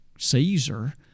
Caesar